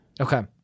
okay